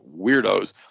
weirdos